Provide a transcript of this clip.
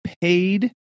paid